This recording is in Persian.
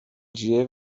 جیه